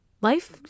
life